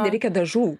nereikia dažų